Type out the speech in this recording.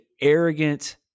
arrogant